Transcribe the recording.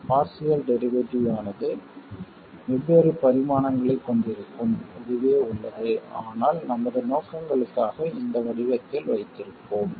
இந்த partial derivative ஆனது வெவ்வேறு பரிமாணங்களைக் கொண்டிருக்கும் அதுவே உள்ளது ஆனால் நமது நோக்கங்களுக்காக இந்த வடிவத்தில் வைத்திருப்போம்